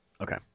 Okay